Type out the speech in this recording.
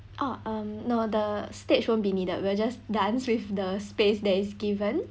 ah um no the stage won't be needed we'll just dance with the space that is given